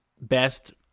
best